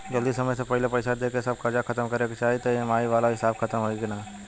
जदी समय से पहिले पईसा देके सब कर्जा खतम करे के चाही त ई.एम.आई वाला हिसाब खतम होइकी ना?